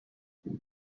most